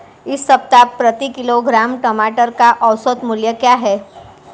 इस सप्ताह प्रति किलोग्राम टमाटर का औसत मूल्य क्या है?